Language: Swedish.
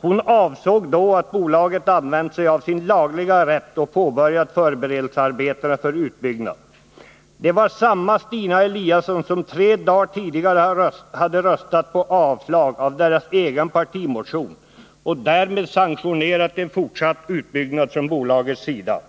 Hon avsåg då att bolaget använt sig av sin lagliga rätt och påbörjat förberedelsearbetena för utbyggnad. Det var samma Stina Eliasson som tre dagar tidigare hade röstat utbyggnad från bolagets sida.